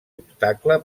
obstacle